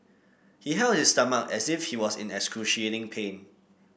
he held his stomach as if he was in excruciating pain